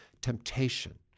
temptation